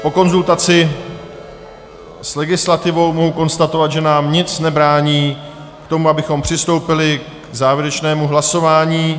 Po konzultaci s legislativou mohu konstatovat, že nám nic nebrání v tom, abychom přistoupili k závěrečnému hlasování.